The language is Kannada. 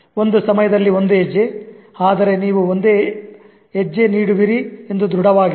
ಒಂದು ಸಮಯದಲ್ಲಿ ಒಂದು ಹೆಜ್ಜೆ ಆದರೆ ನೀವು ಒಂದು ಹೆಜ್ಜೆ ನೀಡುವಿರಿ ಎಂದು ದೃಢವಾಗಿರಿ